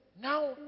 Now